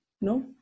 no